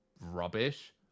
rubbish